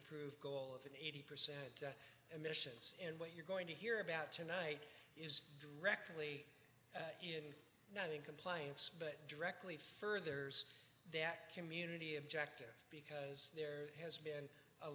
approved goal of eighty percent emissions and what you're going to hear about tonight is directly in not in compliance but directly further that community objective because there has been a